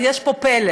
אז יש פה פלא.